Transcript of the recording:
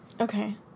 okay